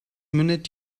mündet